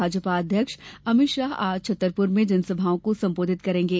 भाजपा अध्यक्ष अमित शाह आज छतरपुर में जनसभाओं को संबोधित करेंगे